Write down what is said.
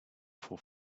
for